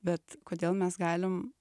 bet kodėl mes galim